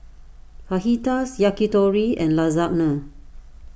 Fajitas Yakitori and Lasagna